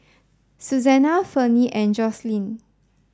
Susanna Ferne and Jocelyne